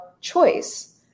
choice